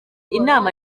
inama